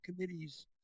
committee's